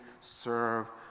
serve